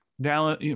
Dallas